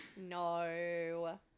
No